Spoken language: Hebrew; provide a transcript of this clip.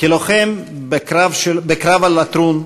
כלוחם בקרב על לטרון,